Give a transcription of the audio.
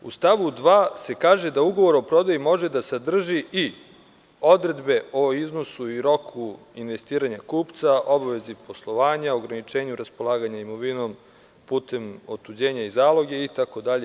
U stavu 2. se kaže da ugovor o prodaji može da sadrži i odredbe o iznosu i roku investiranja kupca, obavezi poslovanja, ograničenju raspolaganja imovinom putem otuđenja i zaloge itd.